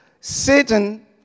Satan